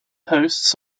hosts